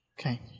Okay